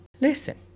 Listen